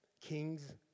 kings